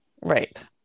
Right